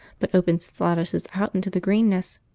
but opens its lattices out into the greenness.